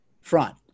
front